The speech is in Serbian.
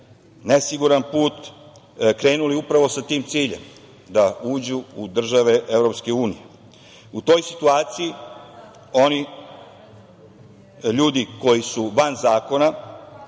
nesiguran put krenuli upravo sa tim ciljem da uđu u države EU. U toj situaciji oni ljudi koji su van zakoni